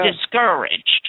discouraged